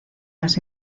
las